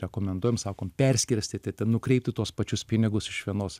rekomenduojam sakom perskirstyti nukreipti tuos pačius pinigus iš vienos